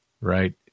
right